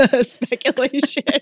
speculation